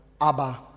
Abba